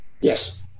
Yes